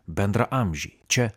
bendraamžiai čia